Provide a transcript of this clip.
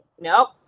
Nope